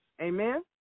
Amen